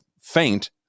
faint